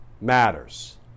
matters